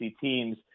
teams